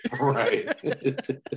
Right